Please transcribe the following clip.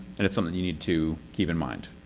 and it's something you need to keep in mind.